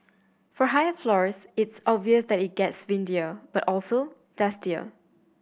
for high floors it's obvious that it gets windier but also dustier